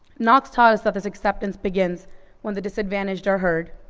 knox taught us that this acceptance begins when the disadvantaged are heard,